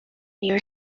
your